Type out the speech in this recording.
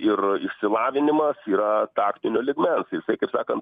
ir išsilavinimas yra taktinio lygmens jisai kaip sakant